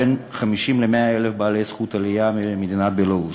בין 50,000 ל-100,000 בעלי זכות עלייה ממדינת בלרוס.